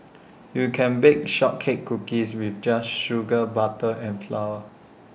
you can bake Shortbread Cookies with just sugar butter and flour